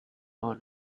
all